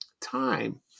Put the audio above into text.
time